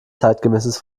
zeitgemäßes